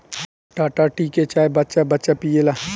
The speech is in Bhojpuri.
टाटा टी के चाय बच्चा बच्चा पियेला